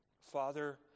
Father